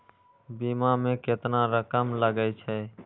बीमा में केतना रकम लगे छै?